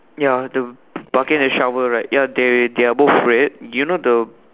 ya the bucket and shower right ya they red they are both red you know the